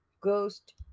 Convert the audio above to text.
ghost